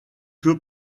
que